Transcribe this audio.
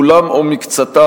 כולם או מקצתם,